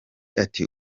ati